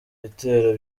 ibitero